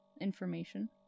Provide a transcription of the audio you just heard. information